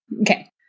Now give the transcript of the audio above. Okay